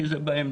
כי זה באמצע.